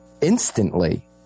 instantly